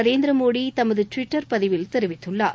நரேந்திரமோடி தமது டுவிட்டர் பதிவில் தெரிவித்துள்ளார்